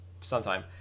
sometime